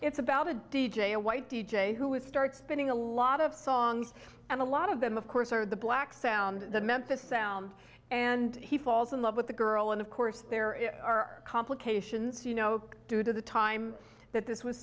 it's about a d j a white d j who would start spinning a lot of songs and a lot of them of course are the black sound the memphis sound and he falls in love with the girl and of course there are complications you know due to the time that this was